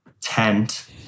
tent